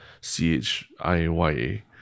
C-H-I-Y-A